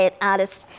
artists